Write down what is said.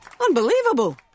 Unbelievable